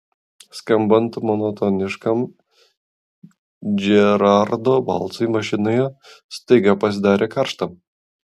skambant monotoniškam džerardo balsui mašinoje staiga pasidarė karšta